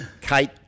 Kate